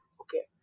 okay